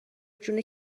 جون